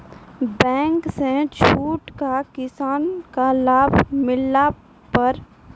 Bank से छूट का किसान का लाभ मिला पर?